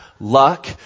luck